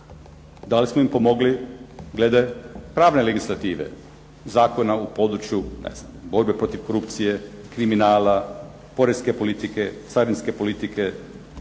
Da li smo im pomogli glede pravne legislative, zakona u području, ne znam, borbe protiv korupcije, kriminala, poreske politike, carinske politike,